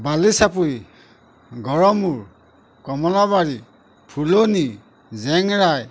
Balichapori Garmur Kamalabari Phulani Jengrai